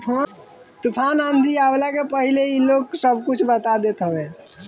तूफ़ान आंधी आवला के पहिले ही इ लोग सब कुछ बता देत हवे